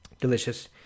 Delicious